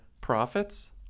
profits